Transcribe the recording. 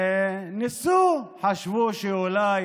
ניסו, חשבו שאולי